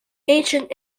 ancient